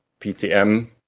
PTM